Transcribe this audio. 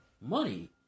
Money